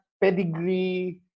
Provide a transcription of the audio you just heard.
pedigree